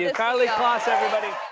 yeah karlie kloss, everybody.